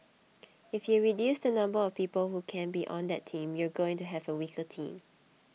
if you reduce the number of people who can be on that team you're going to have a weaker team